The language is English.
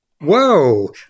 whoa